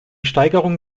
steigerung